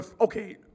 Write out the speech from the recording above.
Okay